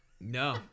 No